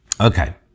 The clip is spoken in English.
Okay